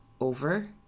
over